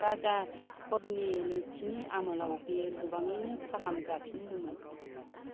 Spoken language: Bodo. राजा शातकर्णी नैथिनि आमोलाव बेयो गोबाङैनो फाहाम जाफिनदोंमोन